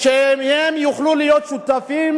שהם יוכלו להיות שותפים